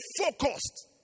focused